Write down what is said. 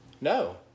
No